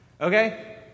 Okay